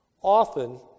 often